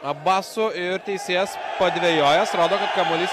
abaso ir teisėjas padvejojęs rodo kad kamuolys